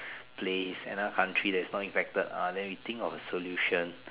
place another country that is not infected ah then we think of a solution